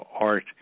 art